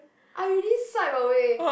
I already swipe away